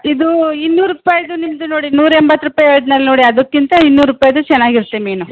ಇದು ಇನ್ನೂರು ರೂಪಾಯಿದು ನಿಮ್ಮದು ನೋಡಿ ನೂರಾ ಎಂಬತ್ತು ರೂಪಾಯಿ ಹೇಳಿದ್ನಲ್ಲ ನೋಡಿ ಅದಕ್ಕಿಂತ ಇನ್ನೂರು ರೂಪಾಯಿದು ಚೆನ್ನಾಗಿರ್ತೆ ಮೀನು